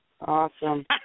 awesome